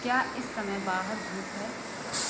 क्या इस समय बाहर धूप है